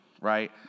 right